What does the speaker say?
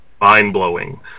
mind-blowing